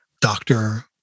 doctor